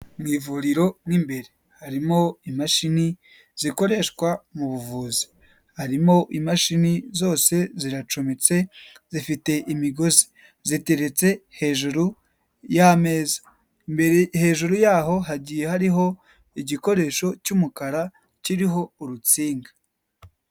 Mu ivuriro mo imbere harimo imashini zikoreshwa mu buvuzi, harimo imashini zose ziracometse zifite imigozi ziteretse hejuru y'ameza, hejuru yaho hagiye hariho igikoresho cy'umukara kiriho urutsinga.